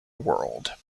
world